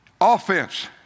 Offense